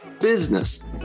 business